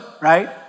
right